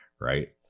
right